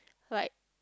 like